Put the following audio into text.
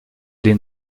den